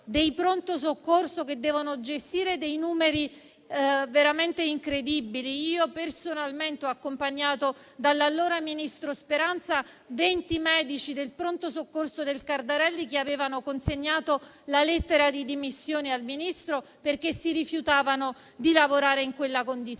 dei pronto soccorso che devono gestire dei numeri veramente incredibili, ho personalmente accompagnato dall'allora ministro Speranza venti medici del pronto soccorso del Cardarelli che avevano consegnato la lettera di dimissioni al Ministro perché si rifiutavano di lavorare in quella condizione.